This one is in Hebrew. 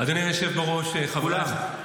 כולם.